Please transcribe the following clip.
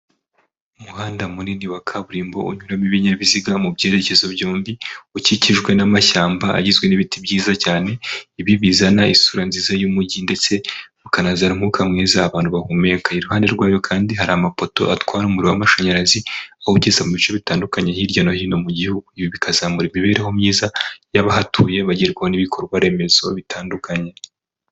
Umuhanda munini wa kaburimbo unyuramo ibinyabiziga mu byerekezo byombi, ukikijwe n'amashyamba agizwe n'ibiti byiza cyane. Ibi bizana isura nziza y'umujyi ndetse ukanazana umwuka mwiza abantu bahumeka. Iruhande rwayo kandi hari amapoto atwara umuriro w'amashanyarazi, awugeza mu bice bitandukanye hirya no hino mu gihugu. Ibi bikazamura imibereho myiza y'abahatuye bagerwaho n'ibikorwa remezo bitandukanye.